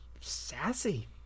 sassy